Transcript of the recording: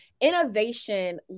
Innovation